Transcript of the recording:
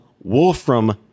Wolfram